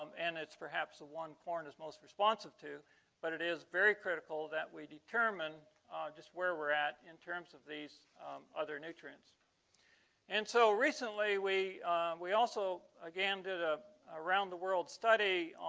um and it's perhaps the one corn is most responsive to but it is very critical that we determine just where we're at in terms of these other nutrients and so recently we we also again did a around-the-world study